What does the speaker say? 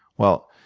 well,